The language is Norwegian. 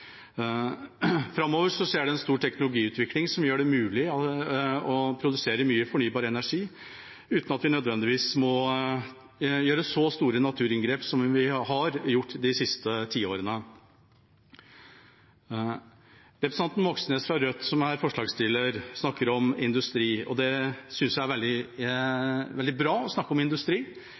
Framover skjer det en stor teknologiutvikling som gjør det mulig å produsere mye fornybar energi uten at vi nødvendigvis må gjøre så store naturinngrep som vi har gjort de siste tiårene. Representanten Moxnes fra Rødt, som er forslagsstiller, snakker om industri, og det synes jeg er veldig bra. Industri i Norge er viktig. Det utgjør mange arbeidsplasser, men det er også viktig for å